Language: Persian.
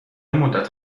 مدت